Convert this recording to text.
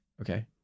okay